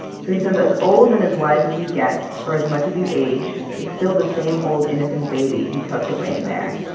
so he says, as old and as wise as you get, or as much as you age, it's still the same old innocent baby tucked away in there.